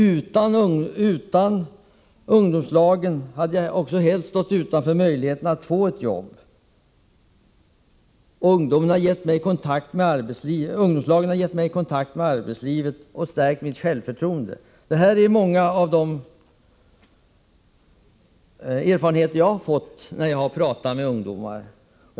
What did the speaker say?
Utan ungdomslagen hade jag också helt stått utanför möjligheten att få ett jobb. Ungdomslagen har gett mig kontakt med arbetslivet och stärkt mitt självförtroende. De här är några av de erfarenheter jag har fått ta del av när jag har talat med ungdomar.